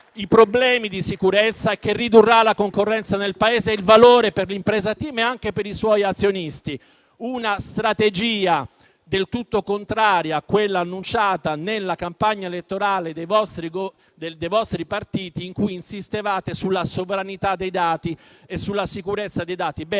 problemi di sicurezza e ridurrà la concorrenza nel Paese e il valore per l'impresa TIM e anche per i suoi azionisti. Una strategia del tutto contraria a quella annunciata nella campagna elettorale dei vostri partiti in cui insistevate sulla sovranità e sulla sicurezza dei dati.